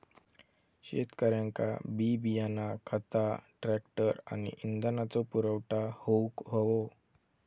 शेतकऱ्यांका बी बियाणा खता ट्रॅक्टर आणि इंधनाचो पुरवठा होऊक हवो